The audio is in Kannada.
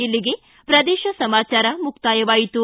ಇಲ್ಲಿಗೆ ಪ್ರದೇಶ ಸಮಾಚಾರ ಮುಕ್ತಾಯವಾಯಿತು